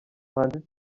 manzi